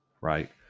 right